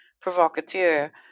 provocateur